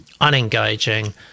unengaging